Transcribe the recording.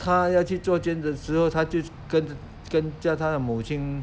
他要去坐监的时候他就跟跟叫他的母亲